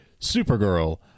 Supergirl